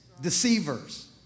deceivers